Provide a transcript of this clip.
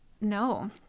no